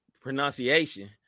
pronunciation